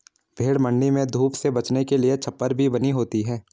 भेंड़ मण्डी में धूप से बचने के लिए छप्पर भी बनी होती है